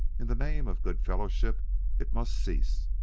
in the name of good-fellowship it must cease.